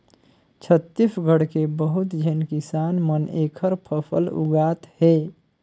छत्तीसगढ़ के बहुत झेन किसान मन एखर फसल उगात हे